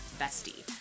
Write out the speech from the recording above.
Bestie